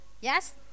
Yes